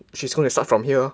she's gonna start from here